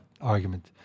argument